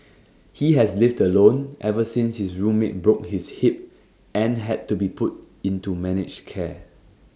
he has lived alone ever since his roommate broke his hip and had to be put into managed care